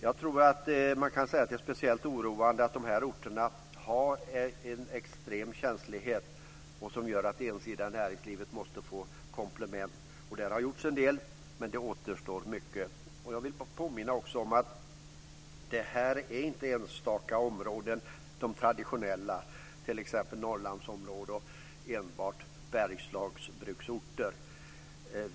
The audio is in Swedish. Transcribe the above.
Det är speciellt oroande att de orterna har en extrem känslighet som gör att det ensidiga näringslivet måste kompletteras. Det har gjorts en del, men det återstår mycket. Jag vill påminna om att det inte är fråga om traditionella enstaka områden i Norrland eller enbart Bergslagsbruksorter.